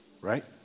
Right